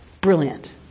brilliant